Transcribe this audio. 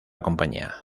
compañía